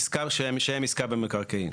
עסקה, שם עסקה במקרקעין.